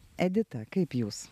edita kaip jūs